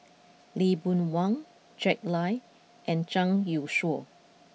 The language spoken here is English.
Lee Boon Wang Jack Lai and Zhang Youshuo